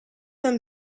them